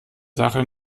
sache